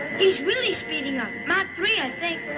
he's really speeding up. mach three, i think.